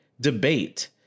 debate